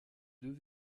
deux